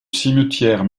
cimetière